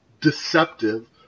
deceptive